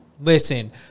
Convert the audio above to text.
listen